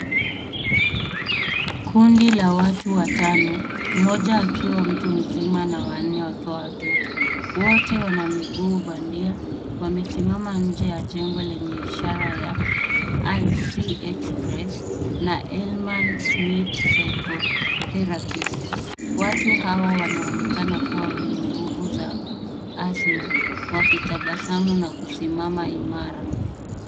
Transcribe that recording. Kundi la watu watano, mmoja akiwa mtu mzima na wanne wakiwa watoto. Wote wana miguu bandia. Wamesimama nje ya jengo lenye ishara ya IC Express na Elman's Mid Psychotherapist. Watu hawa wanaonekana kuwa wenye nguvu za asthma wakitabasamu na kusimama imara.